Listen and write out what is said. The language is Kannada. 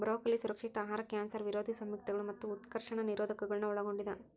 ಬ್ರೊಕೊಲಿ ಸುರಕ್ಷಿತ ಆಹಾರ ಕ್ಯಾನ್ಸರ್ ವಿರೋಧಿ ಸಂಯುಕ್ತಗಳು ಮತ್ತು ಉತ್ಕರ್ಷಣ ನಿರೋಧಕಗುಳ್ನ ಒಳಗೊಂಡಿದ